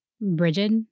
Bridget